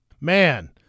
Man